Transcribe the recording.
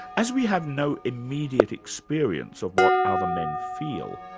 as we have no immediate experience of what other men feel,